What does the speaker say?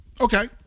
okay